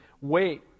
wait